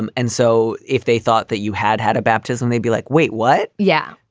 um and so if they thought that you had had a baptism, they'd be like, wait, what? yeah,